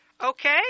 Okay